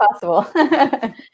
possible